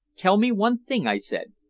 tell me one thing, i said.